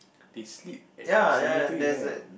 they sleep at the cemetery right